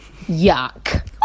Yuck